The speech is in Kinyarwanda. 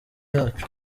yacu